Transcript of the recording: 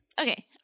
Okay